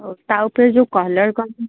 ହଉ ତା ଉପରେ ଯେଉଁ କଲର୍